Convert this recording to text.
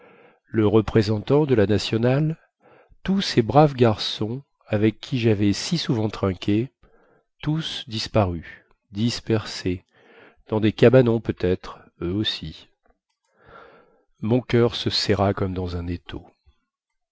le représentant de la nationale tous ces braves garçons avec qui javais si souvent trinqué tous disparus dispersés dans des cabanons peut-être eux aussi mon coeur se serra comme dans un étau